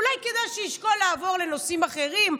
אולי כדאי שישקול לעבור לנושאים אחרים,